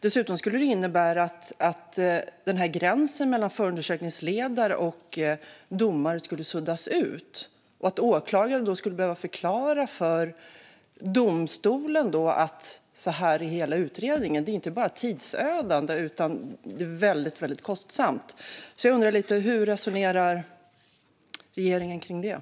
Dessutom skulle det innebära att gränsen mellan förundersökningsledare och domare skulle suddas ut och att åklagaren då skulle behöva förklara hela utredningen för domstolen. Det är inte bara tidsödande utan också väldigt kostsamt. Jag undrar därför hur regeringen resonerar kring detta.